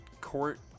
court